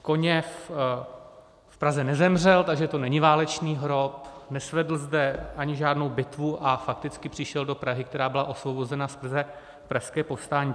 Koněv v Praze nezemřel, takže to není válečný hrob, nesvedl zde ani žádnou bitvu a fakticky přišel do Prahy, která byla osvobozena skrze Pražské povstání.